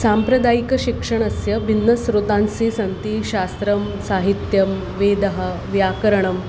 साम्प्रदायिकशिक्षणस्य भिन्नस्रोतांसि सन्ति शास्त्रं साहित्यं वेदः व्याकरणं